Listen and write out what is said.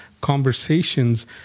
conversations